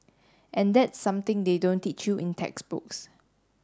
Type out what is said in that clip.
and that's something they don't teach you in textbooks